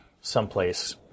someplace